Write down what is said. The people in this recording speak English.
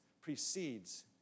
precedes